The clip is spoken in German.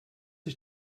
ich